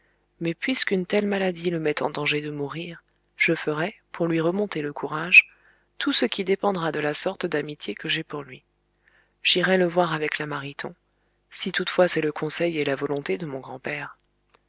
mais puisque une telle maladie le met en danger de mourir je ferai pour lui remonter le courage tout ce qui dépendra de la sorte d'amitié que j'ai pour lui j'irai le voir avec la mariton si toutefois c'est le conseil et la volonté de mon grand-père